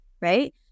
right